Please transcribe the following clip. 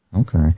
Okay